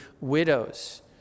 widows